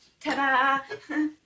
ta-da